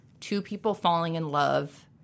two-people-falling-in-love